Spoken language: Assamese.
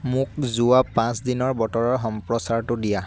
মোক যোৱা পাঁচ দিনৰ বতৰৰ সম্প্ৰচাৰটো দিয়া